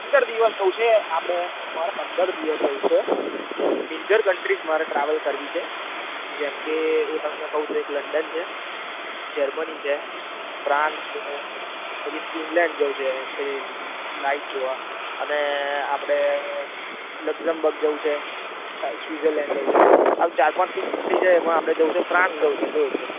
પંદર દિવસનું છે આપડે મારે પંદર દિવસ જવું છે મેજર કંટ્રીઝ મારે ટ્રાવેલ કરવી છે જેમકે હું તમને કહું તો એક લંડન છે જર્મની છે પ્રંસ છે પછી ફિનલેન્ડ જવું છે પેલી લાઇટ જોવા અને આપડે લકજાહમ બગ જવું છે સ્વ સવીઝર્લેન્ડ જવું છે આવું ચાર પાંચ જગ્યા એમાં આપડે જવું છે ફ્રાંસ જવું છે જો